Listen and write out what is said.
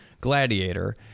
Gladiator